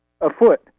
afoot